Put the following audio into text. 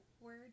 word